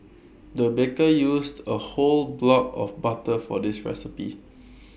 the baker used A whole block of butter for this recipe